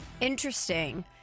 Interesting